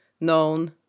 known